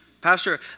Pastor